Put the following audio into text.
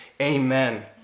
amen